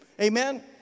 Amen